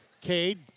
Cade